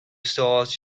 start